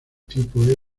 tipo